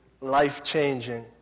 life-changing